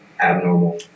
abnormal